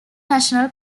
national